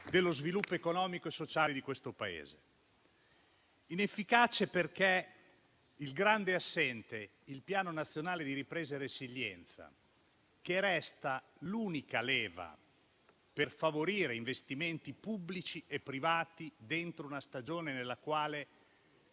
dello sviluppo economico e sociale di questo Paese. È una manovra inefficace perché c'è un grande assente, il Piano nazionale di ripresa e resilienza, che resta l'unica leva per favorire investimenti pubblici e privati in una stagione nella quale